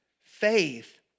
faith